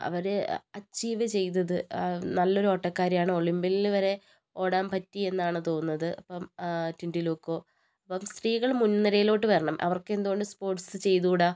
അവർ achieve ചെയ്തത് നല്ലൊരു ഓട്ടക്കാരിയാണ് ഒളിമ്പ്യനിൽ വരെ ഓടാൻ പറ്റി എന്നാണ് തോന്നുന്നത് അപ്പം ടിന്റു ലൂക്കോ അപ്പോൾ സ്ത്രീകൾ മുൻനിരയിലോട്ട് വരണം അവർക്ക് എന്ത് കൊണ്ട് സ്പോർട്സ് ചെയ്തുകൂടാ